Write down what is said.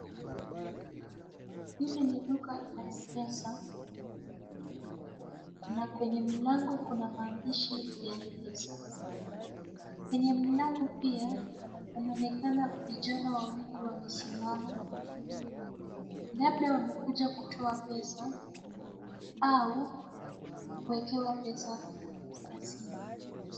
Hili ni duka la M-pesa na kwenye mlango kuna maandishi ya M-pesa. Kwenye mlango pia wanaonekana vijana wawili wamesimama labda wamekuja kutoa pesa au kuekewa pesa kwa simu.